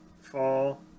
fall